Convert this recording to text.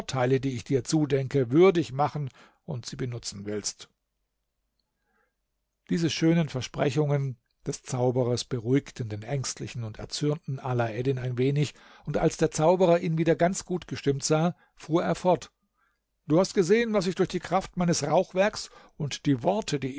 die ich dir zudenke würdig machen und sie benutzen willst diese schönen versprechungen des zauberers beruhigten den ängstlichen und erzürnten alaeddin ein wenig und als der zauberer ihn wieder ganz gut gestimmt sah fuhr er fort du hast gesehen was ich durch die kraft meines rauchwerks und die worte die